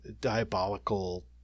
diabolical